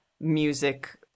music